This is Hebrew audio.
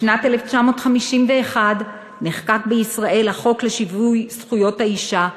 בשנת 1951 נחקק בישראל החוק לשיווי זכויות האישה,